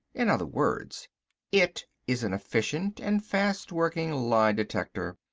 in other words it is an efficient and fast working lie detector.